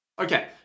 Okay